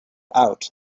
out